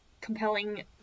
compelling